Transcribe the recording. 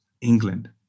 England